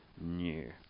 new